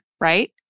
Right